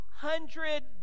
hundred